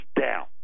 down